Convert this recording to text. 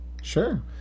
Sure